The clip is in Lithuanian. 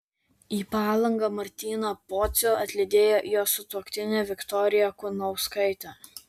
į palangą martyną pocių atlydėjo jo sutuoktinė viktorija kunauskaitė